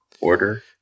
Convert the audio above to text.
order